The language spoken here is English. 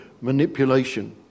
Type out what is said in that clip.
manipulation